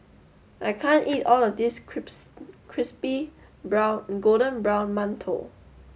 I can't eat all of this Crispy Brown Golden Brown Mantou